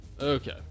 okay